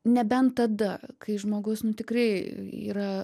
nebent tada kai žmogus nu tikrai yra